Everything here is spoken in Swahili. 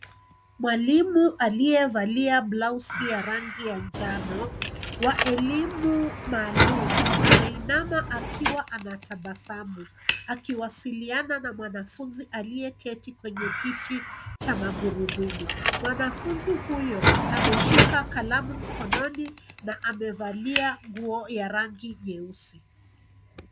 Mwalimu aliyevalia blausi ya rangi ya njano wa elimu maalum ameinama akiwa akiwa anatabasamu akiwasiliana na mwanafunzi aliyeketi kwenye kiti cha magurudumu. Mwanafunzi huyo ameshika kalamu mkononi na amevalia nguo ya rangi nyeusi.